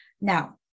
Now